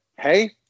hey